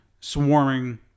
swarming